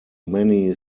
many